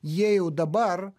jie jau dabar